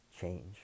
change